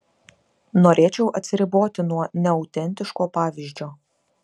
norėčiau atsiriboti nuo neautentiško pavyzdžio